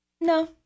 No